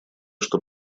что